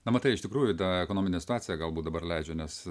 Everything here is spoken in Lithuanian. na matai iš tikrųjų ta ekonominė situacija gal būt dabar leidžia nes